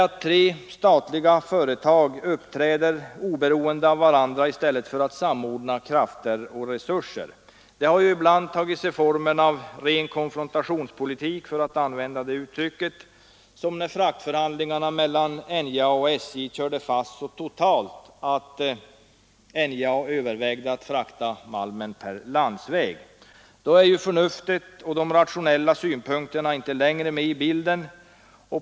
Tre statliga företag uppträder oberoende av varandra i stället för att samordna krafter och resurser. Det har ibland tagit sig formen av ren konfrontationspolitik — för att använda det uttrycket — som när fraktförhandlingarna mellan NJA och SJ körde fast så totalt att NJA övervägde att frakta malmen per landsväg. Då är förnuftet och de rationella synpunkterna inte längre med i bilden.